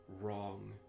wrong